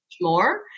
more